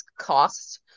cost